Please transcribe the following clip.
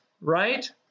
right